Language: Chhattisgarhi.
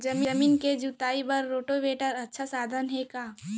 जमीन के जुताई बर रोटोवेटर अच्छा साधन हे का?